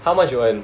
how much you earn